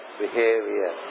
behavior